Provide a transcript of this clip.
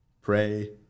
pray